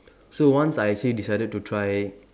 so once I actually decided to try